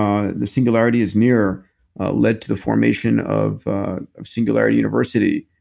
ah the singularity is near led to the formation of ah of singularity university.